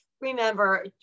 remember